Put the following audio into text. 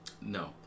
No